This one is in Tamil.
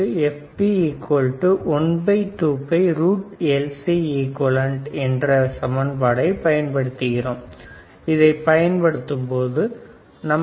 95010 15 1